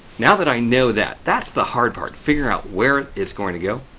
now that i know that that's the hard part, figuring out where it's going to go,